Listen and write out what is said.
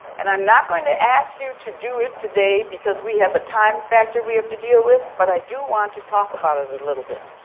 and i'm not going to ask you to do it today because we have a time factor we have to deal with but i do want to talk about it a little bit.